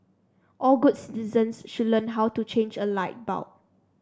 all good citizens should learn how to change a light bulb